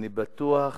אני בטוח